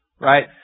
right